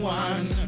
one